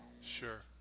sure